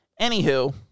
Anywho